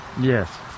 Yes